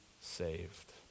saved